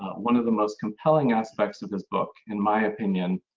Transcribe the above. one of the most compelling aspects of this book, in my opinion,